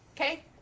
okay